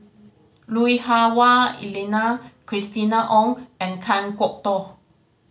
Lui Hah Wah Elena Christina Ong and Kan Kwok Toh